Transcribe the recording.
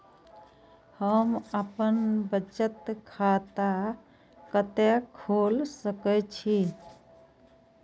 हम बचत खाता कते खोल सके छी?